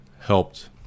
Helped